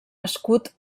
escut